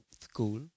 school